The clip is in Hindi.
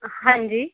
हाँ जी